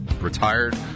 retired